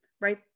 right